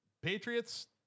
Patriots